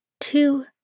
two